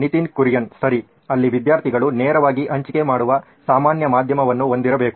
ನಿತಿನ್ ಕುರಿಯನ್ ಸರಿ ಅಲ್ಲಿ ವಿದ್ಯಾರ್ಥಿಗಳು ನೇರವಾಗಿ ಹಂಚಿಕೆ ಮಾಡುವ ಸಾಮಾನ್ಯ ಮಾಧ್ಯಮವನ್ನು ಹೊಂದಿರಬೇಕು